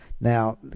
now